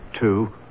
Two